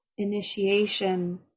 initiation